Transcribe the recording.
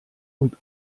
und